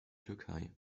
türkei